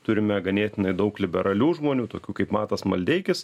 turime ganėtinai daug liberalių žmonių tokių kaip matas maldeikis